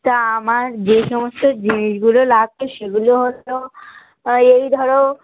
তা আমার যেই সমস্ত জিনিসগুলো লাগত সেগুলো হলো এই ধরো